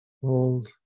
hold